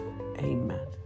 Amen